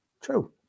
true